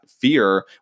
fear